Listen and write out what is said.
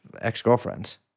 ex-girlfriends